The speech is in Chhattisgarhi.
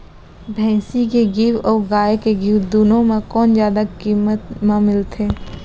भैंसी के घीव अऊ गाय के घीव दूनो म कोन जादा किम्मत म मिलथे?